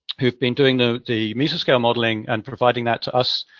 who have been doing the the mesoscale modeling, and providing that to us,